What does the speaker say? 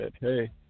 Hey